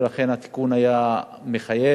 ולכן התיקון היה מחייב,